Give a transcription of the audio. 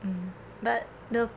mm but the